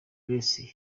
grace